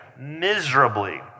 miserably